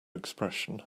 expression